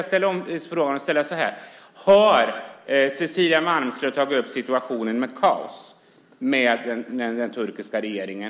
Jag ställer om frågan så här: Har Cecilia Malmström tagit upp situationen när det gäller Kaos GL med den turkiska regeringen?